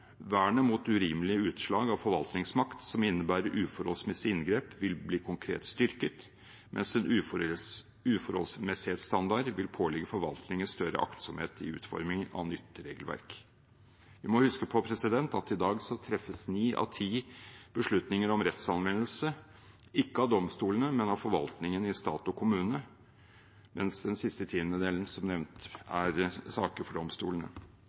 Vernet mot urimelige utslag av forvaltningsmakt som innebærer uforholdsmessige inngrep, vil bli konkret styrket, mens en uforholdsmessighetsstandard vil pålegge forvaltningen større aktsomhet i utformingen av nytt regelverk. Vi må huske på at i dag så treffes ni av ti beslutninger om rettsanvendelse ikke av domstolene, men av forvaltningen i stat og kommune, mens den siste tiendedelen som nevnt er saker for domstolene.